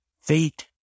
Fate